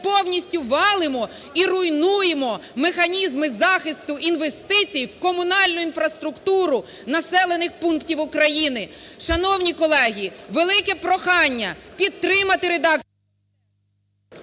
повністю валимо і руйнуємо механізми захисту інвестицій в комунальну інфраструктуру населених пунктів України. Шановні колеги, велике прохання підтримати…